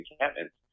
encampments